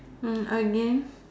!huh! again